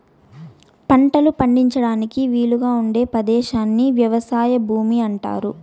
పంటలు పండించడానికి వీలుగా ఉండే పదేశాన్ని వ్యవసాయ భూమి అంటారు